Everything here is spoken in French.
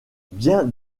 bien